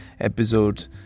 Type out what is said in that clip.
episode